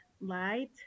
light